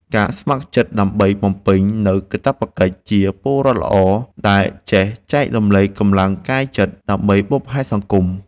ការស្ម័គ្រចិត្តដើម្បីបំពេញនូវកាតព្វកិច្ចជាពលរដ្ឋល្អដែលចេះចែករំលែកកម្លាំងកាយចិត្តដើម្បីបុព្វហេតុសង្គម។